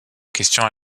questions